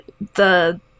the-